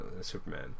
Superman